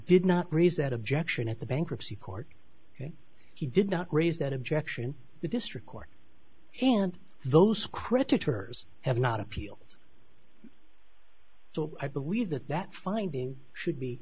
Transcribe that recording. did not raise that objection at the bankruptcy court he did not raise that objection to the district court and those creditors have not appealed so i believe that that finding should be